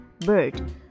bird